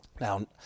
Now